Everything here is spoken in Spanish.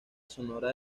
sonora